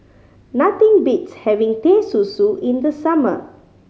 nothing beats having Teh Susu in the summer